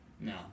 no